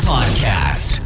Podcast